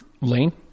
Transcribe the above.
Lane